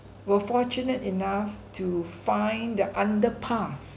were fortunate enough to find the underpass